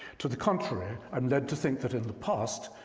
to the contrary, i'm led to think that in the past,